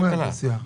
הבריאות: